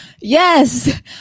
yes